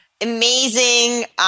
amazing